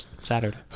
Saturday